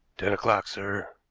ten o'clock, sir.